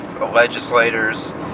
legislators